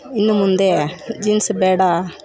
ಇನ್ನು ಮುಂದೆ ಜೀನ್ಸ್ ಬೇಡ